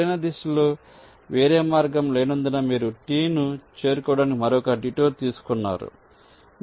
సరైన దిశలో వేరే మార్గం లేనందున మీరు T ను చేరుకోవడానికి మరొక డిటూర్ తీసుకున్నారు